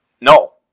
no